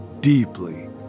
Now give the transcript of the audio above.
deeply